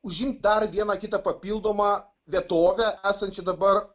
užimt dar vieną kitą papildomą vietovę esančią dabar